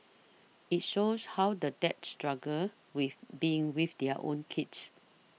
it shows how the dads struggle with being with their own kids